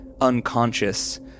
unconscious